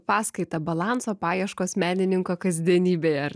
paskaitą balanso paieškos menininko kasdienybė ar